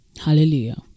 Hallelujah